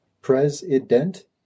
president